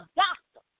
doctor